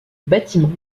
bâtiment